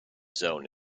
zone